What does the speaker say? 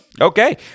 Okay